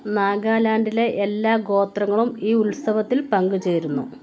നാഗാലാൻഡിലെ എല്ലാ ഗോത്രങ്ങളും ഈ ഉത്സവത്തിൽ പങ്കുചേരുന്നു